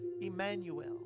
Emmanuel